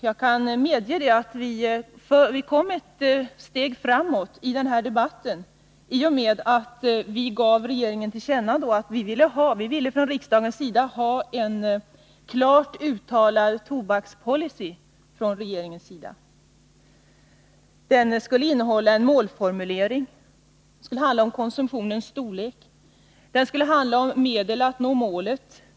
Jag kan medge att vi kom ett steg framåt vid det tillfället, i och med att vi då gav regeringen till känna att riksdagen ville ha en klart uttalad tobakspolicy från regeringens sida. Den skulle innehålla en målformulering. Den kunde handla om konsumtionens storlek och om medel att nå målet.